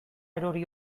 erori